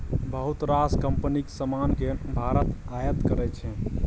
बहुत रास कंपनीक समान केँ भारत आयात करै छै